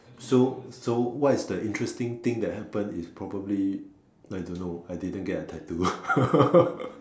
so so what is the interesting thing that happen is probably I don't know I didn't get a tattoo